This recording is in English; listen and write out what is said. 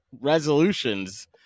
resolutions